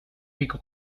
pico